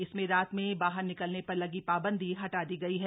इसमें रात में बाहर निकलने र लगी ाबंदी हटा दी गई है